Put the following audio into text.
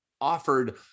offered